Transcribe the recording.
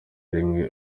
rimwe